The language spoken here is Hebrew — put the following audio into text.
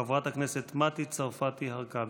חברת הכנסת מטי צרפתי הרכבי.